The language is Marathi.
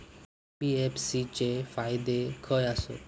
एन.बी.एफ.सी चे फायदे खाय आसत?